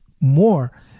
more